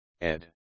ed